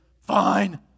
fine